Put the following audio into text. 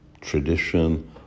tradition